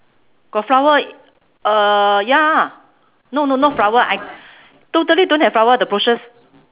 got flower err ya no no not flower I totally don't have flower the bushes